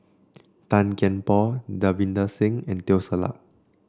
Tan Kian Por Davinder Singh and Teo Ser Luck